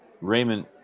Raymond